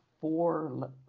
four